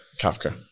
kafka